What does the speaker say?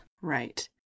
Right